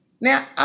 now